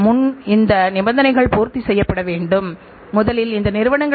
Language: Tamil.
பின்னர் மிகச்சிறந்த விற்பனைக்கு ஏற்ற இறுதி பொருட்களாக மாற்றுகிறோம்